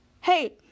Hey